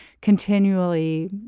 continually